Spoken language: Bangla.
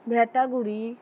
লাটাগুড়ি